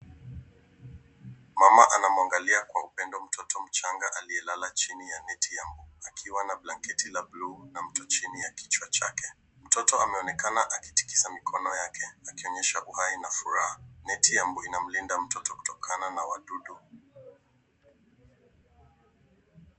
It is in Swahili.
Mama ananwangalia kwa upendo mtoto mchanga aliyelala chini ya neti ya mbu akiwa na blanketi ya buluu na mto chini ya kichwa chake. Mtoto anaonekana akitikisa mikono yake akionyesha uhai na furaha. Neti ya mbu inamlinda mtoto kutokana na wadudu.